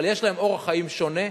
אבל יש להם אורח חיים שונה,